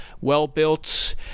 well-built